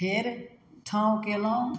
फेर ठाँउ कयलहुँ